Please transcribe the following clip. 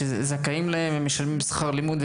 זכאים להם ומשלמים שכר לימוד,